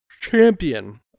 champion